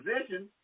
position